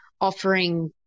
offering